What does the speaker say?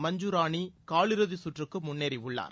மஞ்சு ராணி காலிறுதி சுற்றுக்கு முன்னேறியுள்ளார்